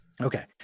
Okay